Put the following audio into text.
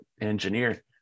engineer